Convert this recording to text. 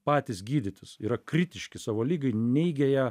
patys gydytis yra kritiški savo ligai neigia ją